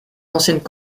anciennes